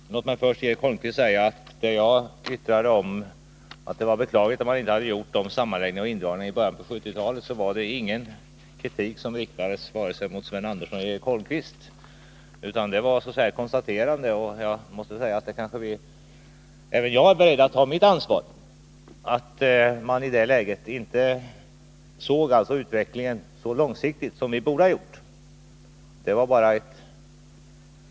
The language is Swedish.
Fru talman! Låt mig först till Eric Holmqvist säga att mitt yttrande om att det var beklagligt att man inte hade gjort sammanläggningar och indragningar i början på 1970-talet inte var ämnat som någon kritik vare sig mot Sven Andersson eller Eric Holmqvist. Det var bara ett konstaterande, och även jag är beredd att ta mitt ansvar för att vi i det läget inte såg utvecklingen så långsiktigt som vi borde ha gjort.